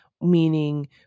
meaning